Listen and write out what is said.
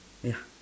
ya